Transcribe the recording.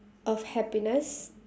of happiness